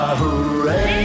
hooray